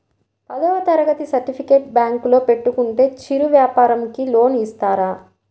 పదవ తరగతి సర్టిఫికేట్ బ్యాంకులో పెట్టుకుంటే చిరు వ్యాపారంకి లోన్ ఇస్తారా?